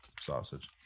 sausage